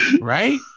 right